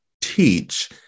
teach